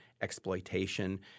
exploitation